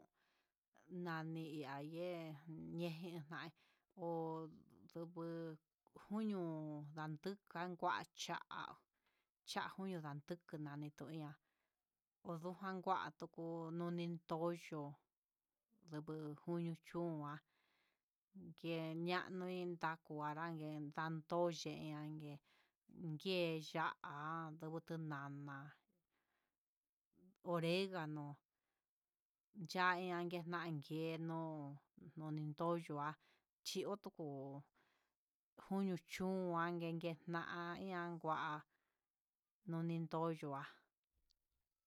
Nani ihá yee yejinjai ho tukui koño ndajun kangacha'a, kan junio nani na itó ña'a ndujan kuando nuu noni toyo ndubu koño chón nguian kenian nuí, ndakua yeen ndado yeen iangue jien ya'á, ndangu tu nama, oregano, ya'á neke yan ngué no nonindo yu'á xhiko koño chón an ngen nguen ña'an nian nguá nonin ndo yu'á.